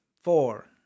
four